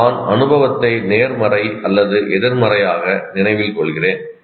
நான் அனுபவத்தை நேர்மறை அல்லது எதிர்மறையாக நினைவில் கொள்கிறேன்